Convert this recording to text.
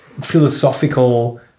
philosophical